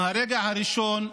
מהרגע הראשון,